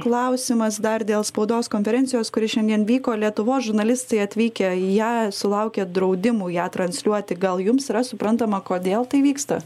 klausimas dar dėl spaudos konferencijos kuri šiandien vyko lietuvos žurnalistai atvykę į ją sulaukė draudimų ją transliuoti gal jums yra suprantama kodėl tai vyksta